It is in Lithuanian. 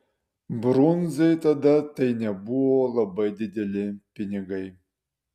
brundzai tada tai nebuvo labai dideli pinigai